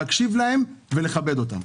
להקשיב להם ולכבד אותם.